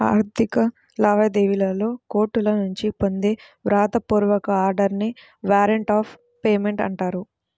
ఆర్థిక లావాదేవీలలో కోర్టుల నుంచి పొందే వ్రాత పూర్వక ఆర్డర్ నే వారెంట్ ఆఫ్ పేమెంట్ అంటారు